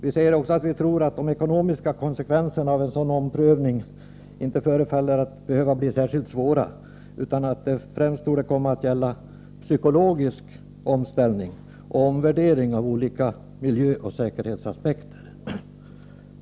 Vi säger också att vi tror att de ekonomiska konsekvenserna av en sådan omprövning inte förefaller att behöva bli särskilt svåra, utan att det främst torde komma att gälla en psykologisk omställning och omvärdering av olika miljöoch säkerhetsaspekter.